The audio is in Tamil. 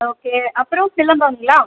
ஓகே அப்புறம் சிலம்பம்ங்களா